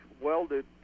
welded